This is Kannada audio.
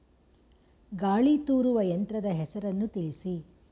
ಗಾಳಿ ತೂರುವ ಯಂತ್ರದ ಹೆಸರನ್ನು ತಿಳಿಸಿ?